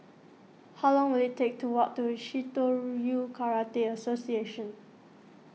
how long will it take to walk to Shitoryu Karate Association